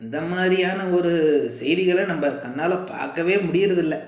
அந்த மாதிரியான ஒரு செய்திகளை நம்ம கண்ணால் பார்க்கவே முடியிறது இல்லை